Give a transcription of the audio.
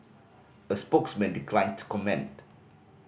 a spokesman declined to comment